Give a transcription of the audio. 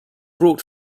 brought